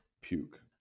puke